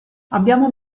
abbiamo